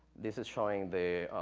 this is showing the,